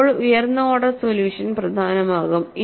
അപ്പോൾ ഉയർന്ന order solution പ്രധാനമാകും